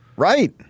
Right